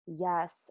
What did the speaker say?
Yes